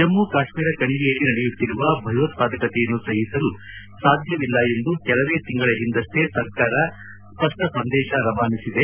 ಜಮ್ನು ಕಾಶ್ನೀರ ಕಣಿವೆಯಲ್ಲಿ ನಡೆಯುತ್ತಿರುವ ಭಯೋತ್ಪಾದಕತೆಯನ್ನು ಸಹಿಸಲು ಸಾಧ್ಯವಿಲ್ಲ ಎಂದು ಕೆಲವೇ ತಿಂಗಳ ಹಿಂದಷ್ಷೆ ಸರ್ಕಾರ ಸ್ಪಷ್ಟ ಸಂದೇಶ ರವಾನಿಸಿದೆ